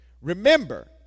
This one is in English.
remember